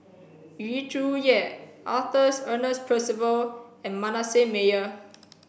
Yu Zhuye Arthur Ernest Percival and Manasseh Meyer